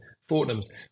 Fortnum's